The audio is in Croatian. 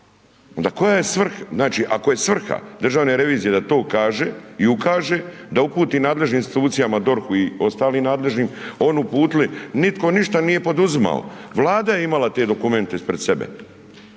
Onda koja je svrha, znači, ako je svrha državne revizije da to kaže i ukaže, da uputi nadležnim institucijama DORH-u i ostalim nadležnim, oni uputili, nitko ništa nije poduzimao. Vlada je imala te dokumente ispred sebe.